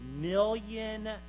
million